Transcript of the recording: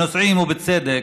הנוסעים, ובצדק,